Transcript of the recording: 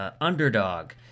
underdog